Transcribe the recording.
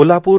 Kolhapur